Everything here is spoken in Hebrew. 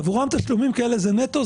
עבורם תשלומים כאלה זה נטו,